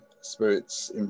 Spirits